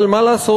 אבל מה לעשות,